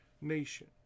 nation